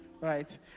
Right